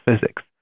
physics